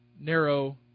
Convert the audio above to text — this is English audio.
narrow